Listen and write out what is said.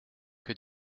que